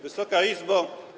Wysoka Izbo!